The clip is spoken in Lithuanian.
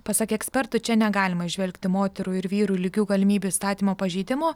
pasak ekspertų čia negalima įžvelgti moterų ir vyrų lygių galimybių įstatymo pažeidimo